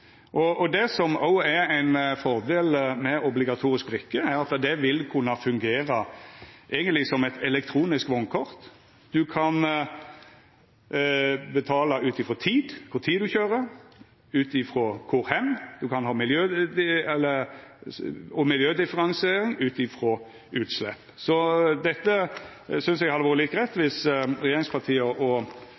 gjeld argumentasjonen. Det som òg er ein fordel med obligatorisk brikke, er at det eigentleg vil kunna fungera som eit elektronisk vognkort. Ein kan betala ut frå tid, kva for tid ein køyrer, ut frå kor hen, og ein kan ha miljødifferensiering ut frå utslepp. Eg synest det hadde vore litt greitt viss regjeringspartia og